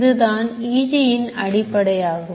இதுதான் EG இன் அடிப்படையாகும்